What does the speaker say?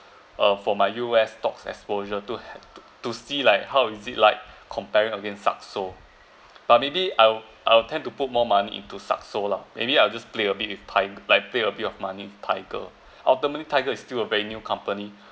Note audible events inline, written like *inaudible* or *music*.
eh for my U_S stocks exposure to *noise* to see like how is it like comparing against Saxo but maybe I'll I'll tend to put more money into Saxo lah maybe I'll just play a bit with tig~ like play a bit of money tiger ultimately tiger is still a very new company